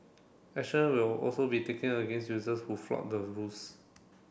action will also be taken against users who flout the rules